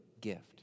gift